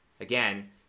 Again